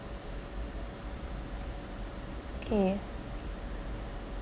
okay